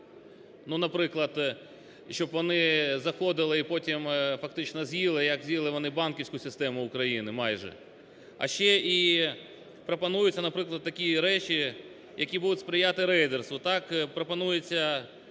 ну, наприклад, щоб вони заходили і потім, фактично, з'їли, як з'їли вони банківську систему України майже, а ще й пропонуються, наприклад, такі речі, які будуть сприяти рейдерству. Так пропонується,